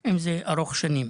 80,000 אם זה ארוך שנים,